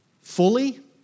fully